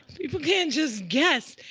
people can't just guess.